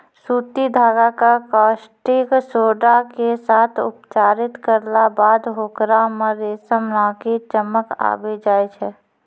सूती धागा कॅ कास्टिक सोडा के साथॅ उपचारित करला बाद होकरा मॅ रेशम नाकी चमक आबी जाय छै